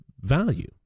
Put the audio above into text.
value